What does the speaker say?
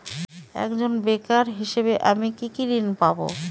একজন বেকার হিসেবে আমি কি কি ঋণ পাব?